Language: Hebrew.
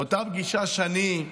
באותה פגישה, שני,